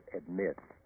admits